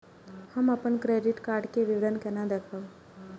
हम अपन credit card के विवरण केना देखब?